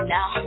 Now